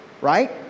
right